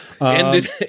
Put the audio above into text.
Ended